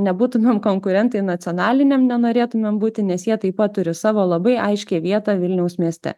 nebūtumėm konkurentai nacionaliniam nenorėtumėm būti nes jie taip pat turi savo labai aiškią vietą vilniaus mieste